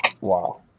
wow